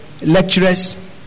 lecturers